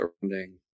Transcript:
surrounding